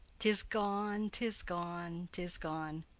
tis gone, tis gone, tis gone!